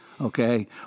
okay